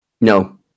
No